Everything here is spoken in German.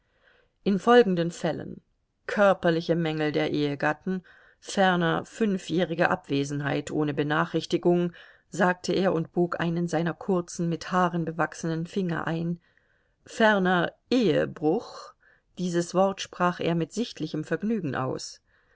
in folgenden fällen körperliche mängel der ehegatten ferner fünfjährige abwesenheit ohne benachrichtigung sagte er und bog einen seiner kurzen mit haaren bewachsenen finger ein ferner ehebruch dieses wort sprach er mit sichtlichem vergnügen aus